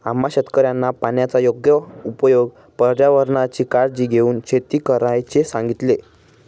आम्हा शेतकऱ्यांना पाण्याचा योग्य उपयोग, पर्यावरणाची काळजी घेऊन शेती करण्याचे सांगितले